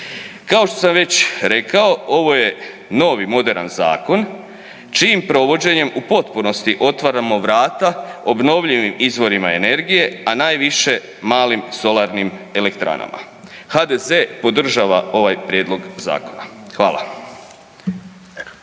Kao što sam već rekao ovo je novi moderan zakon čijim provođenjem u potpunosti otvaramo vrata obnovljivim izvorima energije, a najviše malim solarnim elektranama. HDZ podržava ovaj prijedlog zakona. Hvala.